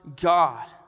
God